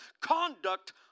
conduct